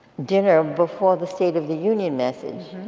dinner before the state of the union message.